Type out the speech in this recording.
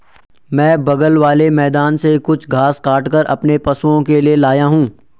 मैं बगल वाले मैदान से कुछ घास काटकर अपने पशुओं के लिए लाया हूं